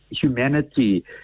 humanity